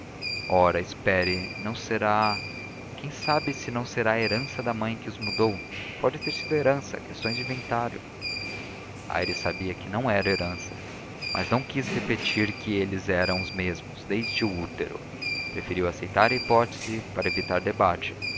ora espere não será quem sabe se não será a herança da mãe que os mudou pode ter sido a herança questões de inventário aires sabia que não era a herança mas não quis repetir que eles eram os mesmos desde o útero preferiu aceitar a hipótese para evitar debate